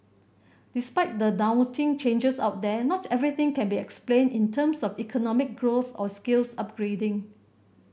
despite the daunting changes out there not everything can be explained in terms of economic growth or skills upgrading